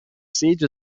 siege